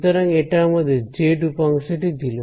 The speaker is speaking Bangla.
সুতরাং এটা আমাদের জেড উপাংশ টি দিল